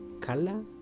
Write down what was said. color